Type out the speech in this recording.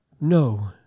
No